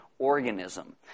organism